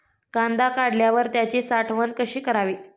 कांदा काढल्यावर त्याची साठवण कशी करावी?